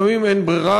לפעמים אין ברירה,